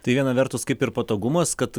tai viena vertus kaip ir patogumas kad